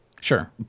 Sure